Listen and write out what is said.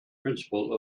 principle